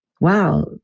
wow